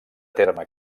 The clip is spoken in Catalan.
terme